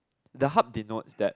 the hub did notes that